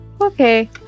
Okay